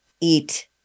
eat